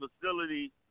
facility